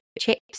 chips